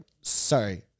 sorry